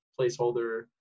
placeholder